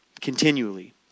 continually